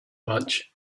much